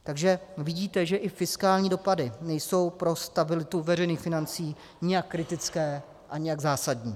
Takže vidíte, že i fiskální dopady nejsou pro stabilitu veřejných financí nijak kritické a nijak zásadní.